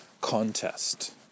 contest